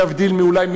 להבדיל אולי,